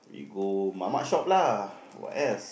you go Mamak shop lah what else